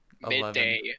midday